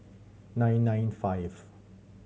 nine nine five